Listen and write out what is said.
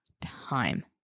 time